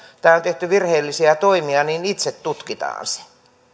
tai on tehty virheellisiä toimia niin itse tutkitaan se